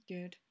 Good